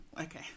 Okay